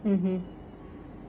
mmhmm